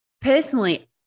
personally